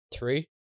Three